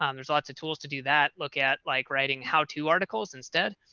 um there's lots of tools to do that look at like writing how to articles instead.